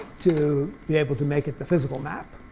to be able to make it the physical map.